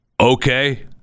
Okay